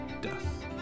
death